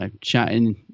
chatting